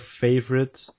favorite